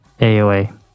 AOA